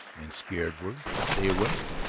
and scared worse to stay away!